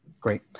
Great